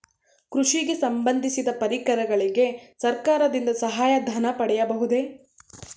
ಕೃಷಿಗೆ ಸಂಬಂದಿಸಿದ ಪರಿಕರಗಳಿಗೆ ಸರ್ಕಾರದಿಂದ ಸಹಾಯ ಧನ ಪಡೆಯಬಹುದೇ?